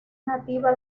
nativa